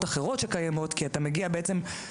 אחרות שקיימות כי בעצם אתה מגיע לראש